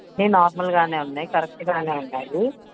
అన్నీ నార్మల్గానే ఉన్నాయి కరెక్ట్గానే ఉన్నాయి